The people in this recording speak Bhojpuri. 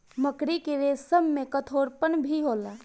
मकड़ी के रेसम में कठोरपन भी होला